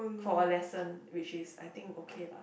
for a lesson which is I think okay lah